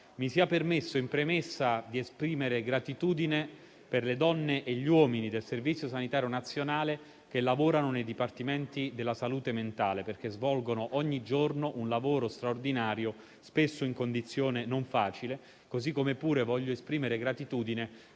Mi sia permesso in premessa di esprimere gratitudine per le donne e gli uomini del Servizio sanitario nazionale che lavorano nei dipartimenti di salute mentale, perché svolgono ogni giorno un lavoro straordinario, spesso in condizioni non facili, così come desidero esprimere gratitudine